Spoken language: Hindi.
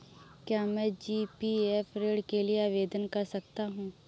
क्या मैं जी.पी.एफ ऋण के लिए आवेदन कर सकता हूँ?